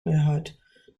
mehrheit